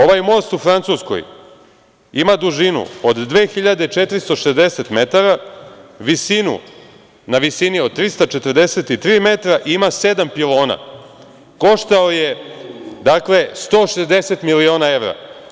Ovaj most u Francuskoj ima dužinu od 2.460 metara, na visini je od 343 metra i ima sedam pilona, koštao je, dakle, 160 miliona evra.